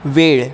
वेळ